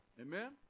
Amen